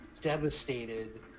devastated